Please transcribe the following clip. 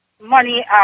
money